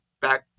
back